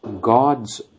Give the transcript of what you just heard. God's